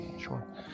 Sure